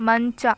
ಮಂಚ